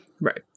Right